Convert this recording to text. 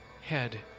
head